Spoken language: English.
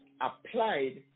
applied